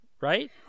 Right